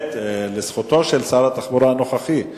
לזכותו של שר התחבורה הנוכחי,